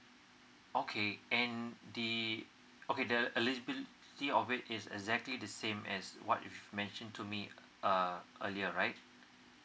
okay and the okay the eligibility of it is exactly the same as what you've mentioned to me uh earlier right